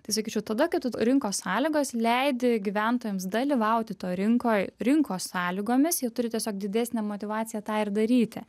tai sakyčiau tada kai tu rinkos sąlygos leidi gyventojams dalyvauti toj rinkoj rinkos sąlygomis jie turi tiesiog didesnę motyvaciją tą ir daryti